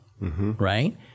Right